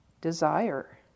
desire